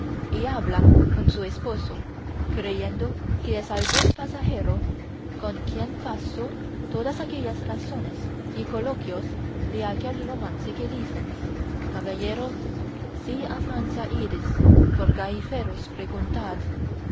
y habla con su esposo creyendo que es algún pasajero con quien pasó todas aquellas razones y coloquios de aquel romance que dicen caballero si a francia ides por gaiferos preguntad